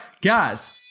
guys